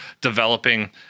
developing